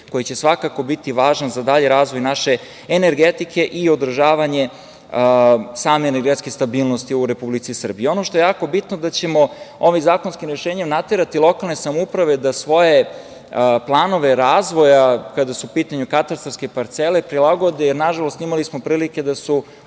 koji će svakako biti važan za dalji razvoj naše energetike i održavanje same energetske stabilnosti u Republici Srbiji. Ono što je jako bitno da ćemo ovim zakonskim rešenjem naterati lokalne samouprave da svoje planove razvoja kada su u pitanju katastarske parcele prilagode, jer nažalost imali smo prilike da su